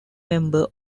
member